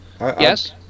Yes